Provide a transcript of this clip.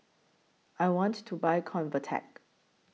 I want to Buy Convatec